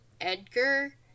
Edgar